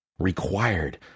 required